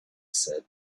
said